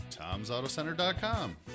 TomsAutoCenter.com